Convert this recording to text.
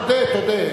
תודה, תודה.